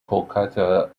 kolkata